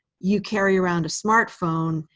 you carry around a smartphone,